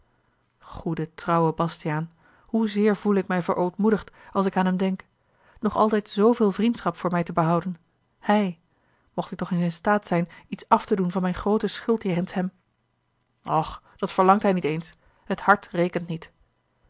goede trouwe bastiaan hoezeer voele ik mij verootmoedigd als ik aan hem denk nog altijd zooveel vriendschap voor mij te behouden hij mocht ik toch eens in staat zijn iets af te doen van mijne groote schuld jegens hem och dat verlangt hij niet eens het hart rekent niet